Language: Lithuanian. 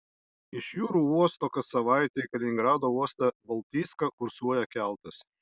iš jūrų uosto kas savaitę į kaliningrado uostą baltijską kursuoja keltas